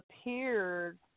appeared